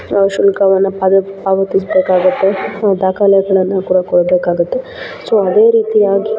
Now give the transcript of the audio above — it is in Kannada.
ಶುಲ್ಕವನ್ನು ಪಾದತ್ ಪಾವತಿಸಬೇಕಾಗತ್ತೆ ಸೊ ದಾಖಲೇಗಳನ್ನು ಕೂಡ ಕೊಡಬೇಕಾಗತ್ತೆ ಸೊ ಅದೇ ರೀತಿಯಾಗಿ